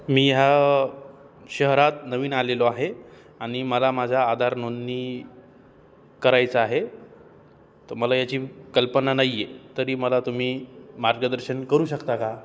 मी ह्या शहरात नवीन आलेलो आहे आणि मला माझा आधार नोंंदणी करायचं आहे तर मला याची कल्पना नाही आहे तरी मला तुम्ही मार्गदर्शन करू शकता का